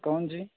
कौन जी